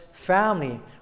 family